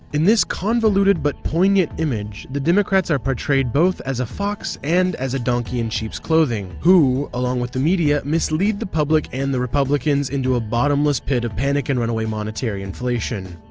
in this convoluted but poignant image, the democrats are portrayed both as a fox and as a donkey in sheep's clothing, who along with the media, mislead the public and the republicans, into a bottomless pit of panic and run away monetary inflation.